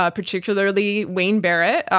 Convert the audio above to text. ah particularly wayne barrett,